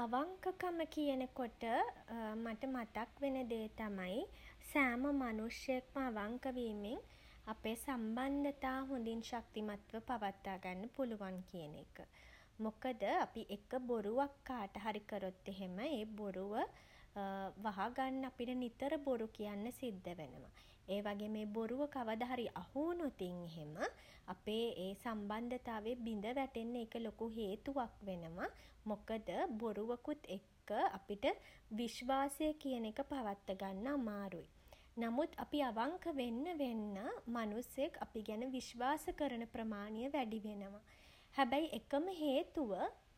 අවංකකම කියනකොට මට මතක් වෙන දේ තමයි සෑම මනුෂ්‍යයෙක්ම අවංක වීමෙන් අපේ සම්බන්ධතා හොඳින් ශක්තිමත්ව පවත්වා ගන්න පුළුවන් කියන එක. මොකද අපි එක බොරුවක් කාට හරි කළොත් එහෙම ඒ බොරුව වහගන්න අපිට නිතර බොරු කියන්න සිද්ධ වෙනවා. ඒ වගේම ඒ බොරුව කවද හරි අහුවුණොතින් එහෙම අපේ ඒ සම්බන්ධතාවය බිඳ වැටෙන්න ඒක ලොකු හේතුවක් වෙනව. මොකද බොරුවකුත් එක්ක අපිට විශ්වාසය කියන එක පවත්වාගන්න අමාරුයි. නමුත් අපි අවංක වෙන්න වෙන්න මනුස්සයෙක් අපි ගැන විශ්වාස කරන ප්‍රමාණය වැඩි වෙනවා. හැබැයි එකම හේතුව